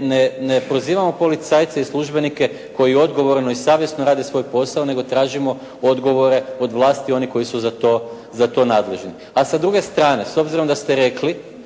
ne prozivamo policajce i službenike koji odgovorno i savjesno rade svoj posao nego tražimo odgovore od vlasti oni koji su za to nadležni. A sa druge strane obzirom da ste rekli